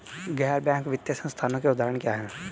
गैर बैंक वित्तीय संस्थानों के उदाहरण क्या हैं?